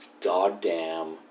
goddamn